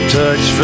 touch